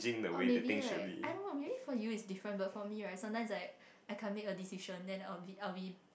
oh maybe like I don't know maybe for you it's different but for me right sometimes like I can't make a decision then I'll be I'll be